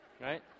right